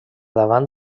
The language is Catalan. davant